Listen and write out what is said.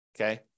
Okay